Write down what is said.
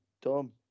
Tom